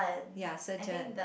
ya surgeon